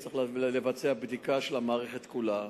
וצריך לבצע בדיקה של המערכת כולה.